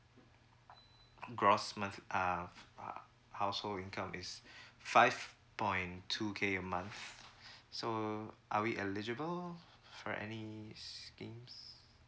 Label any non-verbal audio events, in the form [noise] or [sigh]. gross month uh household income is [breath] five point two K a month so are we eligible for any schemes